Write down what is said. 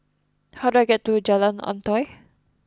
how do I get to Jalan Antoi